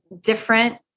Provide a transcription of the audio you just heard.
different